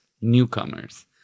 newcomers